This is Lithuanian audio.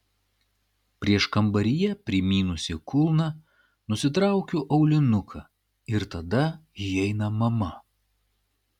prieškambaryje primynusi kulną nusitraukiu aulinuką ir tada įeina mama